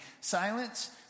Silence